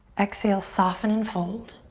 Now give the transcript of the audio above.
exhale, soften and fold,